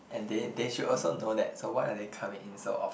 and they they should also know that so why are they coming in so of